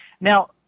Now